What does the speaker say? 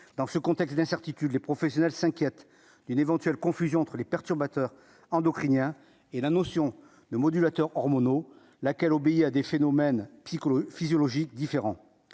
dans ce contexte d'incertitude, les professionnels s'inquiètent d'une éventuelle confusion entre les perturbateurs endocriniens et la notion de modulateurs hormonaux laquelle obéit à des phénomènes psychologiques,